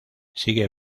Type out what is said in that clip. sigue